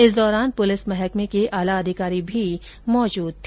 इस दौरान पुलिस महकमे के आला अधिकारी भी मौजूद रहे